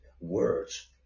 words